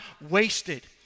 wasted